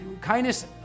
Kindness